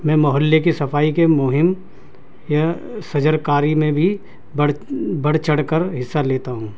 میں محلے کی صفائی کی مہم یا شجرکاری میں بھی بڑ بڑھ چڑھ کر حصہ لیتا ہوں